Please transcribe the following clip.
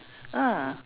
ah